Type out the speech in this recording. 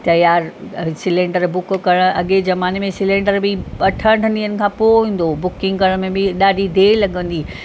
तयारु cylinder book करि अॻे ज़माने में सिलेंडर बि अठ अठ ॾींहंनि खां पोइ ईंदो हुओ बुकिंग करण में बि हेॾा ॾींहं देरि लॻंदी